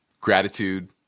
gratitude